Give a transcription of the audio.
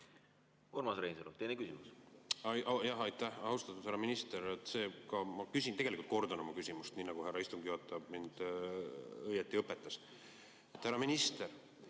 Urmas Reinsalu, teine küsimus.